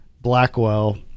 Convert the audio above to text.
Blackwell